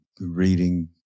Reading